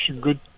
Good